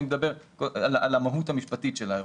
אני מדבר על המהות המשפטית של האירוע.